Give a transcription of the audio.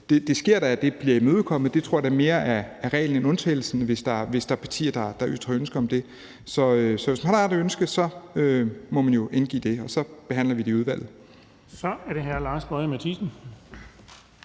det sker da, at det bliver imødekommet – det tror jeg mere er reglen end undtagelsen – hvis der er partier, der ytrer ønske om det. Så hvis man har det ønske, må man jo indgive det, og så behandler vi det i udvalget. Kl. 13:50 Den fg. formand